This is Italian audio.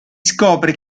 scopre